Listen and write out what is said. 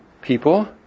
people